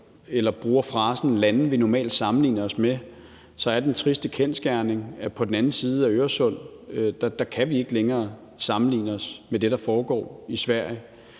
eller bruger frasen lande, vi normalt sammenligner os med, er den triste kendsgerning, at landet på den anden side af Øresund kan vi ikke længere sammenligne os med. Vi kan ikke længere